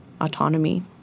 autonomy